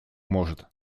может